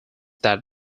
that